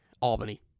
Albany